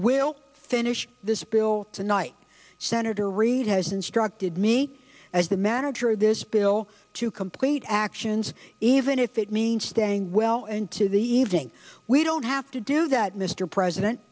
will finish this bill tonight senator reid has instructed me as the manager of this bill to complete actions even if it means staying well into the evening we don't have to do that mr president